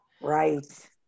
Right